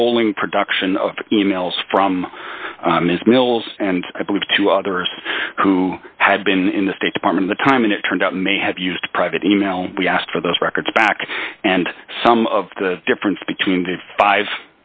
rolling production of e mails from ms mills and i believe two others who had been in the state department the time and it turned out may have used private e mail we asked for those records back and some of the difference between